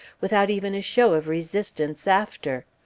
without even a show of resistance after!